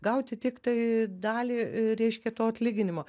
gauti tiktai dalį reiškia to atlyginimo